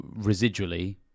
residually